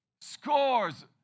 Scores